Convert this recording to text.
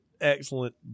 excellent